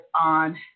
on